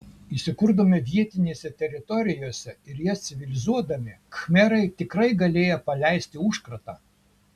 įsikurdami vietinėse teritorijose ir jas civilizuodami khmerai tikrai galėjo paleisti užkratą